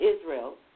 Israel